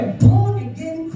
born-again